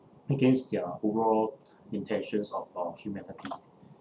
against their overall intentions of uh humanity